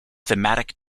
thematic